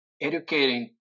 educating